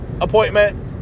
appointment